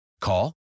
Call